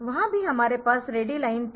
वहां भी हमारे पास रेडी लाइन थी